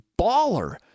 baller